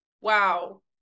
wow